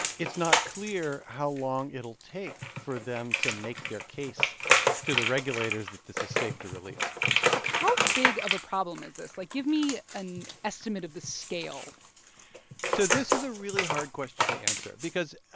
it's not clear how long it'll take for them to make their case to the regulators that this is safe to release how big of a problem is this? like, give me an estimate of the scale so this is a really hard question to answer because,